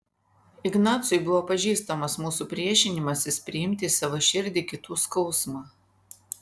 ignacui buvo pažįstamas mūsų priešinimasis priimti į savo širdį kitų skausmą